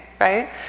right